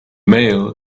mail